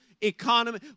economy